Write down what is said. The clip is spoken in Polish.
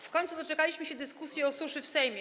W końcu doczekaliśmy się dyskusji o suszy w Sejmie.